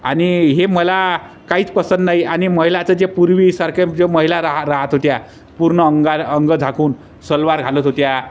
आणि हे मला काहीच पसंत नाही आणि महिलाचं जे पूर्वीसारखे जे महिला राह राहात होत्या पूर्ण अंगा अंग झाकून सलवार घालत होत्या